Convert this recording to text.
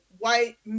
white